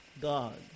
God